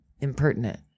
impertinent